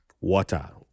water